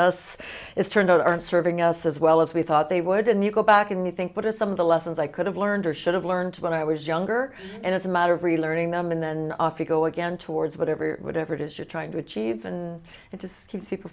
us it's turned out aren't serving us as well as we thought they would and you go back and you think what are some of the lessons i could have learned or should have learned when i was younger and as a matter of relearning them and then off we go again towards whatever whatever it is you're trying to achieve and it just keeps people